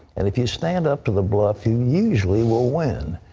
and if you stand up to the bluff, you usually will win.